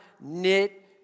knit